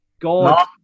God